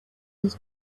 his